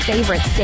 favorite